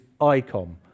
icon